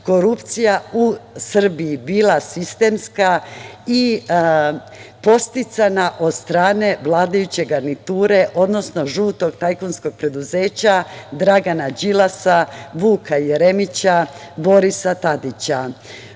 korupcija u Srbiji bila sistemska i podsticana od strane vladajuće garniture odnosno žutog tajkunskog preduzeća Dragana Đilasa, Vuka Jeremića, Borisa Tadića.